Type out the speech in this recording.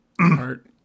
heart